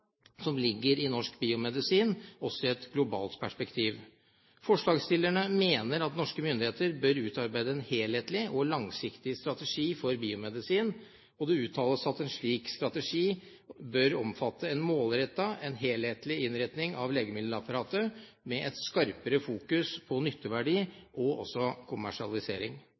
som ligger i norsk biomedisinnæring også i et globalt perspektiv. Forslagsstillerne mener norske myndigheter bør utarbeide en helhetlig og langsiktig strategi for biomedisin. Det uttales at en slik strategi bør omfatte en målrettet og helhetlig innretning av virkemiddelapparatet med et skarpere fokus på nytteverdi og kommersialisering.